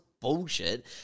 bullshit